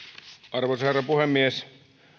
arvoisa herra puhemies